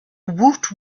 woot